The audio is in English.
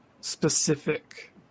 specific